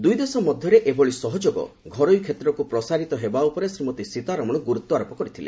ଦୁଇ ଦେଶ ମଧ୍ୟରେ ଏଭଳି ସହଯୋଗ ଘରୋଇ କ୍ଷେତ୍ରକୁ ପ୍ରସାରିତ ହେବା ଉପରେ ଶ୍ରୀମତୀ ସୀତାରମଣ ଗୁରୁତ୍ୱାରୋପ କରିଥିଲେ